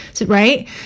right